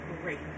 great